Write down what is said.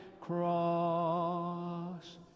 cross